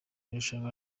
irushanwa